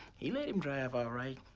he let him drive, all right.